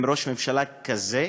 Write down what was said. עם ראש ממשלה כזה,